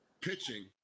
pitching